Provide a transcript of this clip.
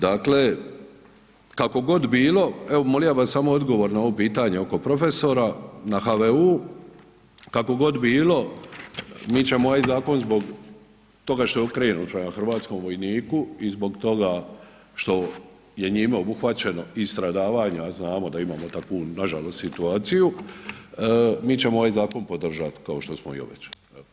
Dakle, kako god bilo, evo molio bih vas samo odgovor na ovo pitanje oko profesora na HVU kako god bilo mi ćemo ovaj zakon zbog toga što je okrenut prema Hrvatskom vojniku i zbog toga što je njime obuhvaćeno i stradavanja, a znamo da imamo takvu nažalost situaciju, mi ćemo ovaj zakon podržati kao što smo i obećali.